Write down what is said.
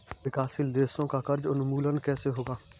विकासशील देशों का कर्ज उन्मूलन कैसे होगा?